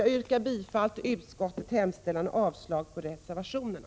Jag yrkar bifall till utskottets hemställan och avslag på reservationerna.